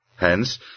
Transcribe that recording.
Hence